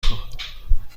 خواهم